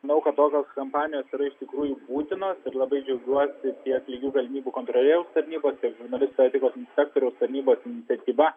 manau kad tokios kampanijos yra iš tikrųjų būtinos ir labai džiaugiuosi tiek lygių galimybių kontrolieriaus tarnyba tiekt žurnalistų etikos inspektoriaus tarnybos iniciatyva